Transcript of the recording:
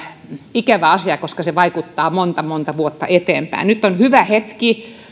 ikävä asia koska se vaikuttaa monta monta vuotta eteenpäin nyt on hyvä hetki